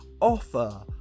offer